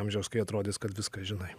amžiaus kai atrodys kad viską žinai